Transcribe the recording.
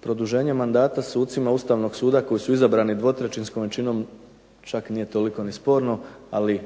produženje mandata sucima Ustavnog suda koji su izabrani dvotrećinskom većinom čak nije toliko ni sporno, ali